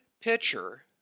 pitcher